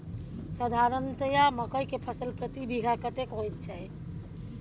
साधारणतया मकई के फसल प्रति बीघा कतेक होयत छै?